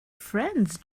friends